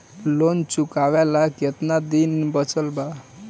Loan चुकावे ला कितना दिन बचल बा?